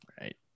Right